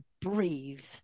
breathe